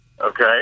Okay